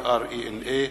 IRENA,